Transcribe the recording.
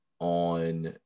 On